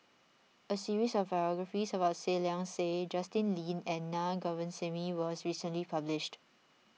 a series of biographies about Seah Liang Seah Justin Lean and Naa Govindasamy was recently published